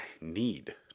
need